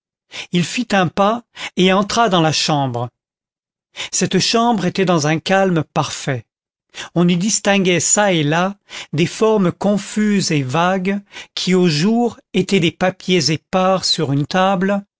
il fit un pas et entra dans la chambre cette chambre était dans un calme parfait on y distinguait çà et là des formes confuses et vagues qui au jour étaient des papiers épars sur une table